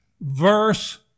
verse